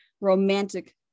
Romantic